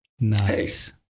Nice